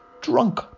drunk